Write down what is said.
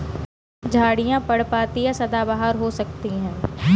झाड़ियाँ पर्णपाती या सदाबहार हो सकती हैं